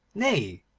nay,